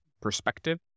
perspective